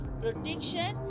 protection